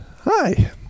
Hi